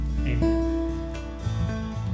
Amen